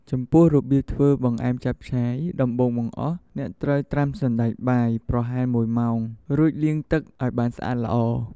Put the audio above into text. ចំពោះ របៀបធ្វើបង្អែមចាប់ឆាយ ដំបូងបង្អស់ អ្នកត្រូវ ត្រាំសណ្ដែកបាយ ប្រហែល ១ ម៉ោង រួចលាងទឹកឱ្យបានស្អាតល្អ។